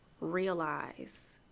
realize